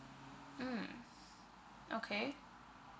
mm okay